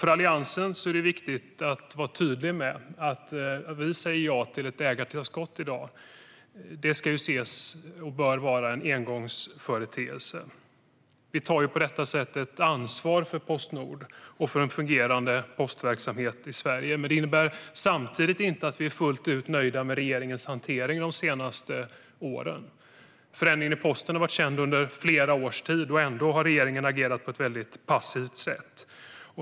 För Alliansen är det viktigt att vara tydlig: Vi säger ja till ett ägartillskott i dag, men det bör vara en engångsföreteelse. Vi tar på detta sätt ansvar för Postnord och för en fungerande postverksamhet i Sverige. Men det innebär inte att vi är fullt ut nöjda med regeringens hantering av frågan de senaste åren. Förändringen inom posten har varit känd i flera års tid; ändå har regeringen agerat på ett passivt sätt.